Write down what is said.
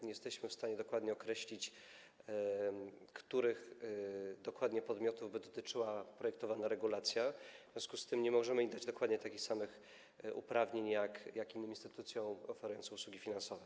Nie jesteśmy w stanie dokładnie określić, których dokładnie podmiotów dotyczyłaby projektowana regulacja, w związku z tym nie możemy im dać dokładnie takich samych uprawnień jak innym instytucjom oferującym usługi finansowe.